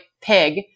pig